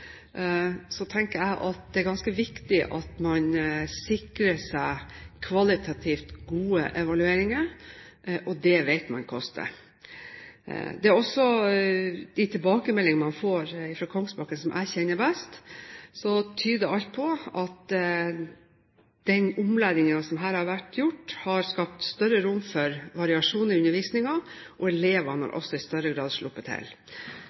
tenker jeg at det er ganske viktig at man sikrer seg kvalitativt gode evalueringer, og det vet man koster. De tilbakemeldingene man får fra Kongsbakken, som jeg kjenner best, viser at alt tyder på at den opplæringen som her har vært gjort, har skapt større rom for variasjon i undervisningen, og elevene har også i større grad sluppet til.